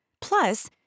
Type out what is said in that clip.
Plus